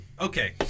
Okay